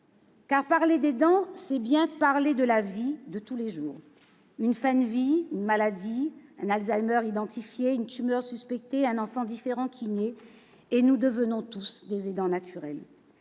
parler d'aidants, c'est bien parler de la vie de tous les jours : une fin de vie, une maladie, un cas d'Alzheimer identifié, une tumeur suspectée, la naissance d'un enfant différent, et nous devenons tous des aidants naturels.